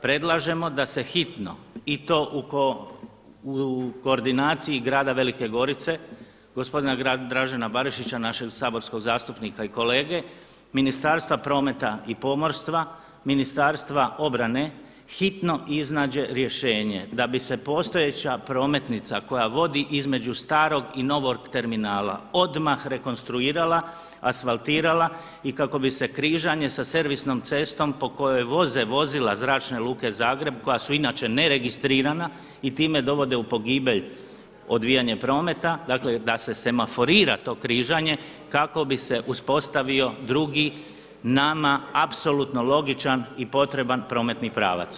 Predlažemo da se hitno i u to u koordinaciji grada Velike Gorice, gospodina Dražena Barišića, našeg saborskog zastupnika i kolege, Ministarstva prometa i pomorstva, Ministarstva obrane hitno iznađe rješenje da bi se postojeća prometnica koja vodi između starog i novog terminala odmah rekonstruirala, asfaltirala i kako bi se križanje sa servisnom cestom po kojoj voze vozila Zračne luke Zagreb, koja su inače ne registrirana i time dovode u pogibelj odvijanje prometa, dakle da se semaforira to križanje kako bi se uspostavio drugi, nama apsolutno logičan i potreban prometni pravac.